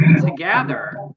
together